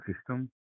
system